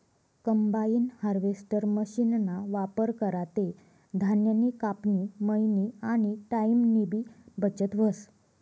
combine harvester मशीनना वापर करा ते धान्यनी कापनी, मयनी आनी टाईमनीबी बचत व्हस